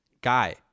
guy